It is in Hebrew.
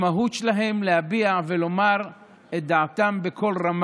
המהות שלהם היא להביע ולומר את דעתם בקול רם